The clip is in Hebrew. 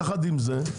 יחד עם זה,